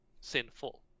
sinful